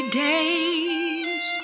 days